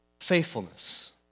faithfulness